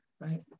right